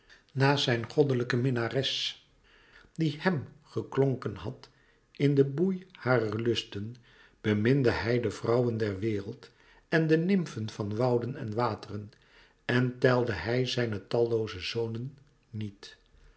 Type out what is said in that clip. naast zijn goddelijke minnares die hèm geklonken had in den boei harer lusten beminde hij de vrouwen der wereld en de nymfen van wouden en wateren en telde hij zijne tallooze zonen niet